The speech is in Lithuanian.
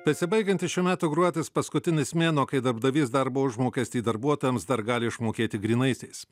besibaigiantis šių metų gruodis paskutinis mėnuo kai darbdavys darbo užmokestį darbuotojams dar gali išmokėti grynaisiais